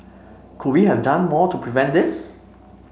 could we have done more to prevent this